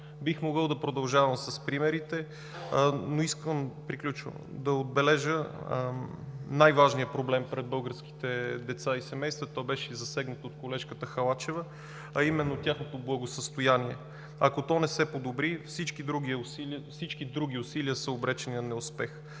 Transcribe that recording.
Бих могъл да продължавам с примерите, но искам да отбележа най-важният проблем пред българските деца и семейства – то беше засегнато от колежката Халачева, а именно тяхното благосъстояние. Ако то не се подобри, всички други усилия са обречени на неуспех.